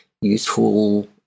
useful